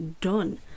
done